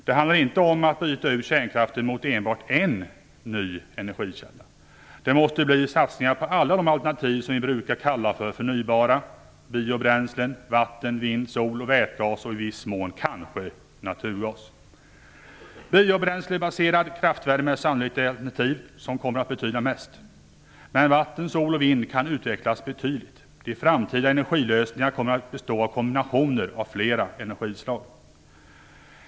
Det handlar inte om att byta ut kärnkraften mot enbart en ny energikälla, utan det måste bli satsningar på alla de alternativ som vi brukar kalla för förnybara - biobränslen, vatten, vind, sol, vätgas och, i viss mån, kanske naturgas. Biobränslebaserad kraftvärme är sannolikt det alternativ som kommer att betyda mest. Men vatten, sol och vind kan utvecklas betydligt. De framtida energilösningarna kommer att bestå av kombinationer av flera energislag.